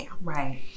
Right